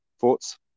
Thoughts